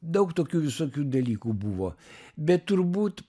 daug tokių visokių dalykų buvo bet turbūt